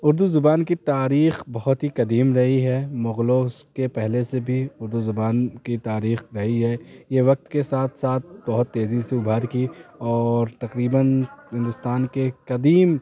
اردو زبان کی تاریخ بہت ہی قدیم رہی ہے مغلوں اس کے پہلے سے بھی اردو زبان کی تاریخ رہی ہے یہ وقت کے ساتھ ساتھ بہت تیزی سے ابھار کی اور تقریباً ہندوستان کے قدیم